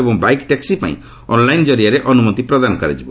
ଏବଂ bike taxi ପାଇଁ online କରିଆରେ ଅନୁମତି ପ୍ରଦାନ କରାଯିବ